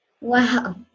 Wow